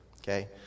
okay